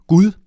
Gud